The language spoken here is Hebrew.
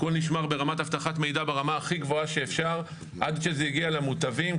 הכול נשמר ברמת אבטחת מידע ברמה הכי גבוהה שאפשר עד שזה הגיע למוטבים,